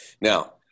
now